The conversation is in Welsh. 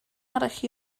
arall